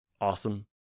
awesome